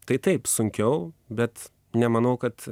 tai taip sunkiau bet nemanau kad